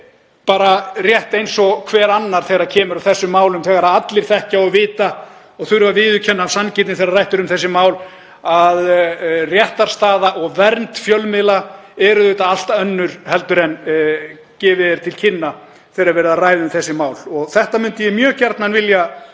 bara rétt eins og hver annar þegar kemur að þessum málum þegar allir þekkja og vita og þurfa að viðurkenna af sanngirni þegar rætt er um þessi mál að réttarstaða og vernd fjölmiðla er auðvitað allt önnur heldur en gefið er til kynna þegar er verið að ræða um þessi mál. Þetta myndi ég mjög gjarnan vilja